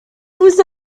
was